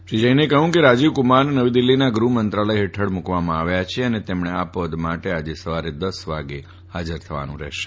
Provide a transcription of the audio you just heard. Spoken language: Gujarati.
શ્રી જૈને કહ્યું કે રાજીવકુમારને નવી દિલ્ફીના ગૃફ મંત્રાલય ફેઠળ મૂકવામાં આવ્યા છે અને તેમણે આ પદ માટે આજે સવારે દસ વાગે ફાજર થવાનું રહેશે